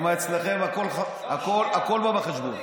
כי אצלכם הכול בא בחשבון.